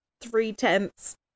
three-tenths